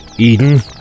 Eden